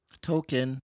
Token